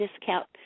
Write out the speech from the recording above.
discount